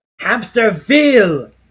Hamsterville